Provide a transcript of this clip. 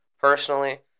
personally